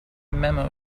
memo